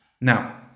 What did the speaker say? Now